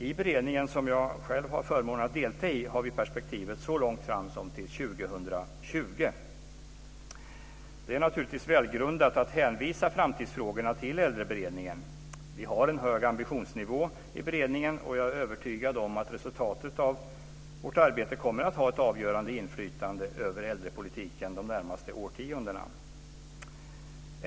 I beredningen, som jag själv har förmånen att delta i, har vi perspektivet så långt fram som till 2020. Det är naturligtvis välgrundat att hänvisa framtidsfrågorna till Äldreberedningen. Vi har en hög ambitionsnivå i beredningen, och jag är övertygad om att resultatet av vårt arbete kommer att ha ett avgörande inflytande över äldrepolitiken de närmaste årtiondena.